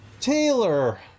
Taylor